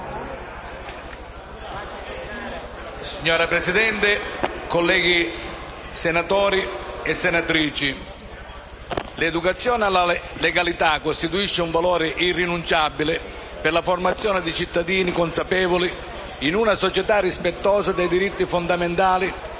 Signora Presidente, colleghi senatori e senatrici, l'educazione alla legalità costituisce un valore irrinunciabile per la formazione di cittadini consapevoli in una società rispettosa dei diritti fondamentali